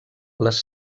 les